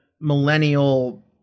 millennial